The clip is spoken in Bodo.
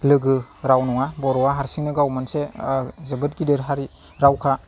लोगो राव नङा बर'आ हारसिंनो गाव मोनसे जोबोद गिदिर हारि रावखा